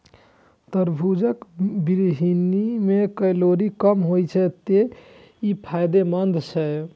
तरबूजक बीहनि मे कैलोरी कम होइ छै, तें ई फायदेमंद छै